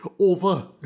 over